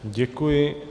Děkuji.